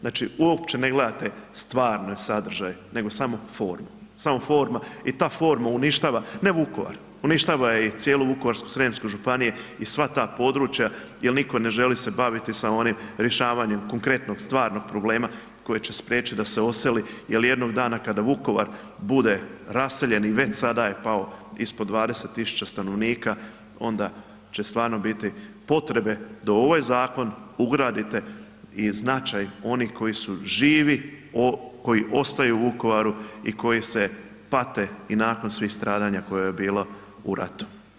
Znači uopće ne gledate stvarni sadržaj nego samo formu, samo forma i ta forma uništava, ne Vukovar, uništava i cijelu Vukovarsko-srijemsku županiju i sva ta područja jel se niko ne želi baviti sa onim rješavanjem konkretnih stvarnih problema koji će spriječiti da se odseli jel jednog dana kada Vukovar bude raseljen i već sada je pao ispod 20.000 stanovnika onda će stvarno biti potrebe da i u ovaj zakon ugradite i značaj onih koji su živi, koji ostaju u Vukovaru i koji se pate i nakon svih stradanja koja je bila u ratu.